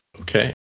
Okay